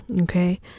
Okay